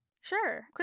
Sure